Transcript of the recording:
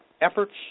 efforts